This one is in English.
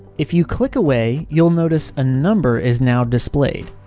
if you click away, you'll notice a number is now displayed.